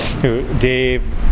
dave